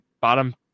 bottom